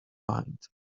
mind